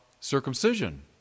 circumcision